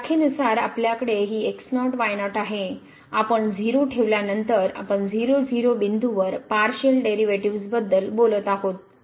व्याख्या नुसार आपल्याकडे हे आहे आपण 0 ठेवल्यानंतर आपण बिंदूवर पारशीअल डेरिव्हेटिव्ह्ज बद्दल बोलत आहोत